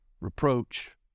reproach